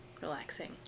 relaxing